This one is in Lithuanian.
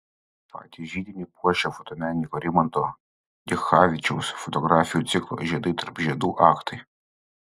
patį židinį puošia fotomenininko rimanto dichavičiaus fotografijų ciklo žiedai tarp žiedų aktai